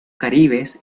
caribes